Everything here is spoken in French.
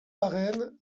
arène